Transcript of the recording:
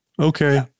Okay